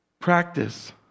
Practice